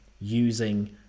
using